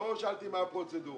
לא שאלתי מה הפרוצדורה.